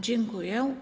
Dziękuję.